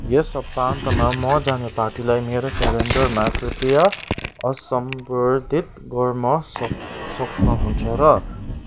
यस सप्ताहन्तमा म जाने पार्टीलाई मेरो क्यालेन्डरमा कृपया असम्बर्द्धित गर्म सक् सक्नुहुन्छ र